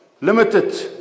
limited